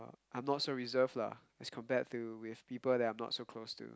I'm not so reserved lah as compared to with people that I'm not so close to